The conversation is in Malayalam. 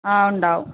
ആ ഉണ്ടാകും